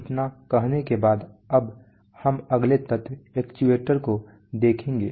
इतना कहने के बाद आइए हम अगले तत्व को देखें जो एक्चुएटर है